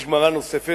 יש גמרא נוספת.